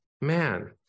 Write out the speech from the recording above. man